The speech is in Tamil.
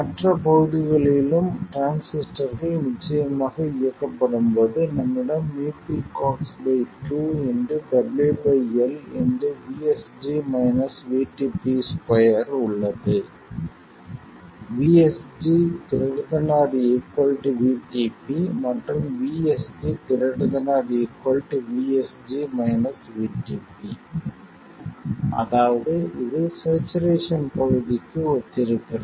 மற்ற பகுதிகளிலும் டிரான்சிஸ்டர்கள் நிச்சயமாக இயக்கப்படும்போது நம்மிடம் µpCox2 WL 2 உள்ளது VSG ≥ Vtp மற்றும் VSD ≥ அதாவது இது ஸ்சேச்சுரேசன் பகுதிக்கு ஒத்திருக்கிறது